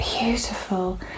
beautiful